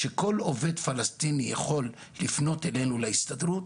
שכל עובד פלסטיני יכול לפנות אלינו להסתדרות